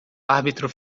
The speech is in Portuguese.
árbitro